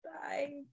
Bye